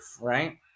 right